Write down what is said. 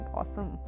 awesome